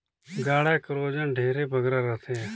गाड़ा कर ओजन ढेरे बगरा रहथे